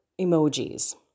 emojis